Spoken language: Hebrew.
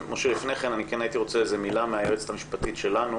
הייתי רוצה מילה מהיועצת המשפטית שלנו